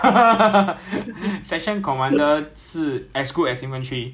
ya but oh vehicle commander 不用喊的因为 vehicle commander 我们有 helmet then 有 mic 的